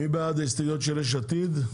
מי בעד ההסתייגויות של יש עתיד?